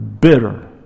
bitter